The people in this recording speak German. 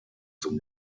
zum